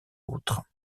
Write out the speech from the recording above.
autres